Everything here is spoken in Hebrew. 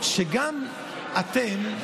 שגם אתם,